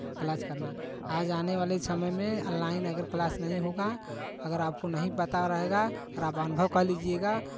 class करना आज आने वाले समय में ऑनलाइन अगर क्लास नहीं होगा अगर आपको नहीं पता रहेगा और आप अनुभव कर लीजिएगा